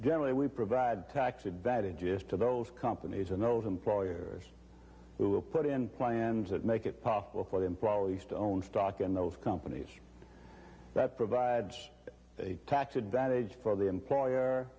generally we provide tax advantages to those companies or no the employers will put in plans that make it possible for them probably used to own stock in those companies that provides a tax advantage for the employer